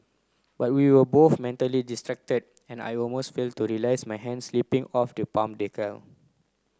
but we were both mentally distracted and I almost fail to realise my hand slipping off the palm decal